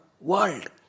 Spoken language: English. World